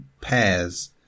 pairs